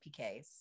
PKs